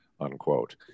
Unquote